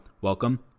welcome